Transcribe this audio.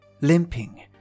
limping